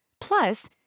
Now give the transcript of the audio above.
Plus